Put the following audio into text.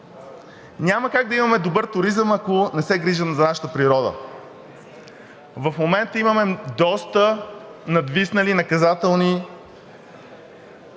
Няма как да имаме добър туризъм, ако не се грижим за нашата природа. В момента имаме доста надвиснали наказателни